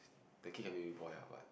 the kid can make me boil ah but